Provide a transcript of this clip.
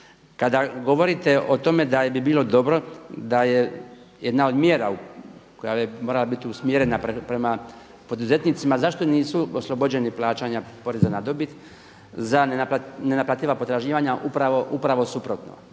Kada govorite o tome da bi bilo dobro da je jedna od mjera koja je morala biti usmjerena prema poduzetnicima zašto nisu oslobođeni plaćanja poreza na dobit za nenaplativa potraživanja upravo suprotno.